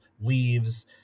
leaves